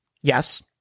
Yes